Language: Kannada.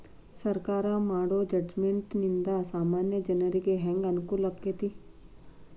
ಸರ್ಕಾರಾ ಮಾಡೊ ಬಡ್ಜೆಟ ನಿಂದಾ ಸಾಮಾನ್ಯ ಜನರಿಗೆ ಹೆಂಗ ಅನುಕೂಲಕ್ಕತಿ?